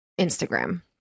Instagram